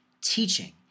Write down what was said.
Teaching